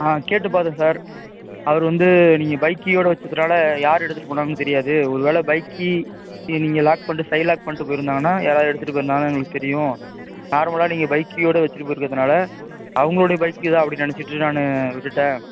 ஆ கேட்டு பார்த்தேன் சார் அவர் வந்து நீங்கள் பைக் கீயோடு வைச்சத்துனால யார் எடுத்துகிட்டு போனான்னு தெரியாது ஒரு வேளை பைக் கீயை நீங்கள் லாக் பண்ணிகிட்டு சைட் லாக் பண்ணிகிட்டு போயிருந்தாங்கன்னால் யாராது எடுத்துகிட்டு போயிருந்தாலும் எங்களுக்கு தெரியும் நார்மலாக நீங்கள் பைக் கீயோடு வைச்சிட்டு போயிருக்கறதுனால அவங்களோடைய பைக்கு தான் அப்படின்னு நினச்சிட்டு நானு விட்டுட்டேன்